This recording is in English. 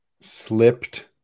slipped